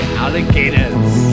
alligators